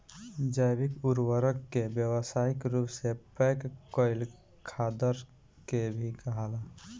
जैविक उर्वरक के व्यावसायिक रूप से पैक कईल खादर के भी कहाला